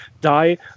die